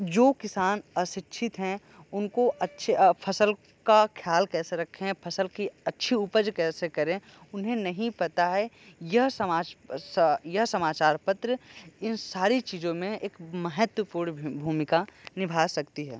जो किसान अशिक्षित है उनको अच्छे फसल का ख्याल कैसे रखे फसल की अच्छी उपज कैसे करें उन्हें नहीं पता है यह यह समाचार पत्र इन सारी चीज़ों मे एक महत्वपूर्ण भूमिका निभा सकती है